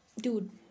Dude